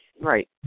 Right